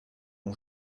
ont